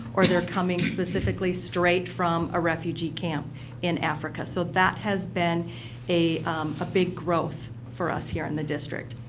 or they're coming specifically straight from a refugee camp in africa. so, that has been a a big growth for us here in the district.